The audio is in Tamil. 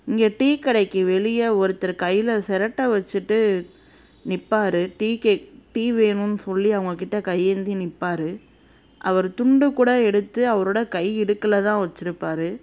இங்கே டீக்கடைக்கு வெளியே ஒருத்தர் கையில் சிரட்டை வச்சுட்டு நிற்பாரு டீ கேக் டீ வேணும்னு சொல்லி அவர்கள் கிட்டே கையேந்தி நிற்பாரு அவர் துண்டு கூட எடுத்து அவரோடய கை இடுக்கில் தான் வச்சுருப்பாரு